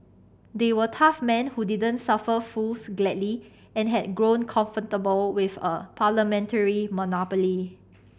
they were tough men who didn't suffer fools gladly and had grown comfortable with a parliamentary monopoly